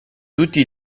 tutti